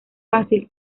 fácil